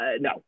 no